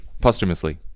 posthumously